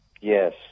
Yes